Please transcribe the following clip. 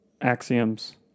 axioms